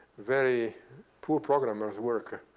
very poor programmers work.